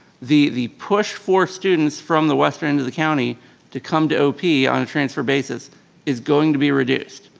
the the push for students from the western end of the county to come to ah op on a transfer basis is going to be reduced.